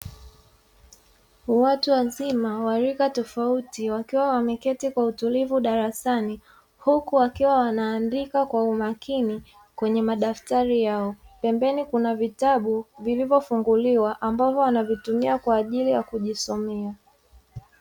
Watu wazima wa rika tofauti wakiwa wameketi kwa utulivu darasani, huku wakiwa wanaandika kwa umakini kwenye madaftari yao. Pembeni kuna vitabu vilivyofunguliwa, ambavyo wanavitumia kwa ajili ya kujisomea.